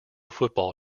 football